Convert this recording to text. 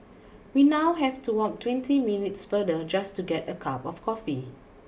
we now have to walk twenty minutes farther just to get a cup of coffee